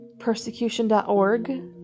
persecution.org